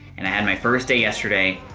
and i had my first day yesterday.